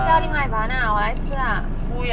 叫另外一碗啦我来吃啦